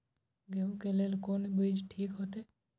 गेहूं के लेल कोन बीज ठीक होते?